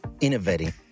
innovating